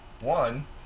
One